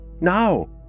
Now